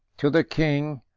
to the king,